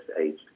aged